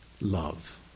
love